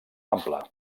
ampla